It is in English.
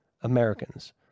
Americans